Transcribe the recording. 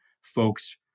folks